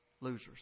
losers